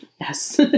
Yes